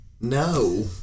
No